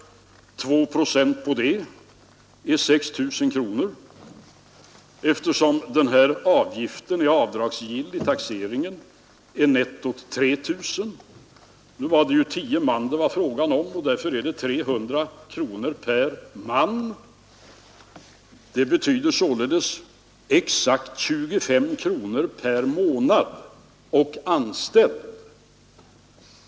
2 procent på det är 6 000 kronor. Eftersom den här avgiften är avdragsgill i taxeringen är nettot 3 000 kronor. Nu var det fråga om tio man, och därför är det 300 kronor per man. Det betyder således exakt 25 kronor per månad och anställd.